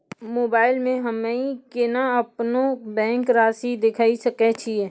Mobile मे हम्मय केना अपनो बैंक रासि देखय सकय छियै?